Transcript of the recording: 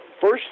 First